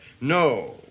No